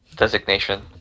Designation